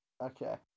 okay